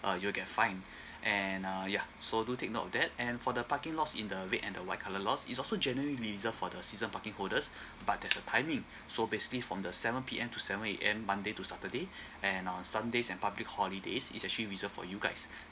uh you'll get fined and uh ya so do take note of that and for the parking lots in the red and the white colour lots is also generally reserved for the season parking holders but there's a timing so basically from the seven P_M to seven A_M monday to saturday and on sundays and public holidays is actually reserved for you guys